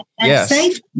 Yes